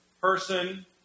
person